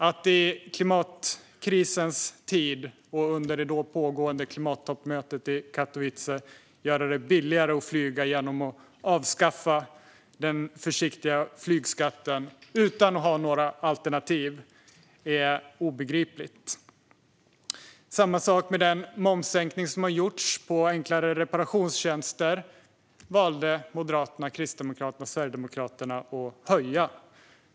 Att i klimatkrisens tid och under det då pågående toppmötet i Katowice göra det billigare att flyga genom att avskaffa den försiktiga flygskatten, utan att ha några alternativ, är obegripligt. Samma sak gäller den momssänkning som har införts på enklare reparationstjänster. Moderaterna, Kristdemokraterna och Sverigedemokraterna valde att höja momsen igen.